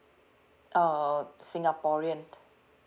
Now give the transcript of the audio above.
uh singaporean